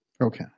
Okay